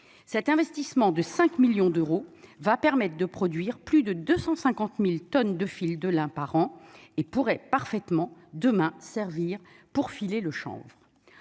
cet investissement de 5 millions d'euros va permettent de produire plus de 250000 tonnes de fil de lin par an et pourrait parfaitement demain servir pour filer le chanvre